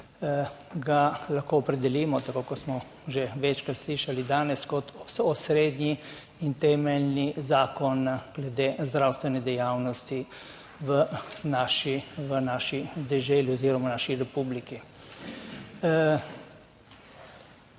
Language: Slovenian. ga lahko opredelimo, tako kot smo že večkrat slišali danes, kot osrednji in temeljni zakon glede zdravstvene dejavnosti v naši deželi oziroma v naši republiki.